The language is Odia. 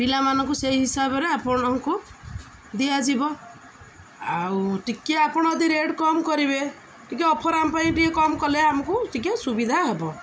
ପିଲାମାନଙ୍କୁ ସେଇ ହିସାବରେ ଆପଣଙ୍କୁ ଦିଆଯିବ ଆଉ ଟିକେ ଆପଣ ଯଦି ରେଟ୍ କମ୍ କରିବେ ଟିକେ ଅଫର୍ ଆମ ପାଇଁ ଟିକେ କମ୍ କଲେ ଆମକୁ ଟିକେ ସୁବିଧା ହେବ